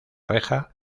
reja